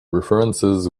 references